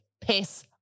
Piss